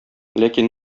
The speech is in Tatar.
ләкин